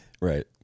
Right